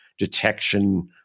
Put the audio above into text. detection